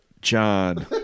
john